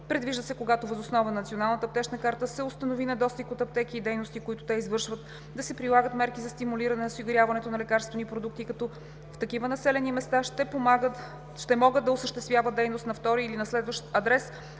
Предвижда се, когато въз основа на Националната аптечна карта се установи недостиг от аптеки и дейности, които те извършват, да се прилагат мерки за стимулиране на осигуряването на лекарствени продукти, като в такива населени места ще могат да осъществяват дейност на втори или следващ адрес